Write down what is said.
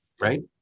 Right